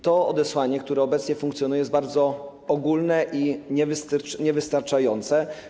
To odesłanie, które obecnie funkcjonuje, jest bardzo ogólne i niewystarczające.